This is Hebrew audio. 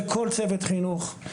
לכל צוות חינוך,